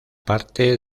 parte